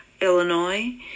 Illinois